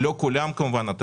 לא כולם כמובן.